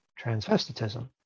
transvestitism